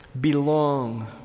belong